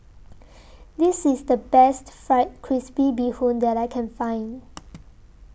This IS The Best Fried Crispy Bee Hoon that I Can Find